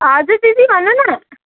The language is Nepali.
हजुर दिदी भन्नु न